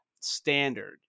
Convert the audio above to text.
standard